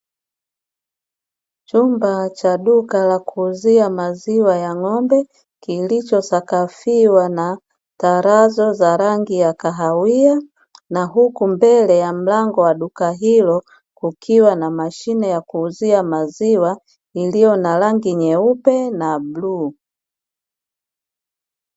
Chumba cha duka la kuuzia maziwa ya ng'ombe, kilichosakafiwa na tarazo za rangi ya kahawia, na huku mbele ya mlango wa duka hilo kukiwa na mashine ya kuuzia maziwa iliyo na na rangi nyeupe na bluu.